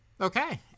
Okay